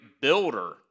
builder